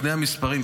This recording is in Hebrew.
לפני המספרים,